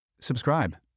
Subscribe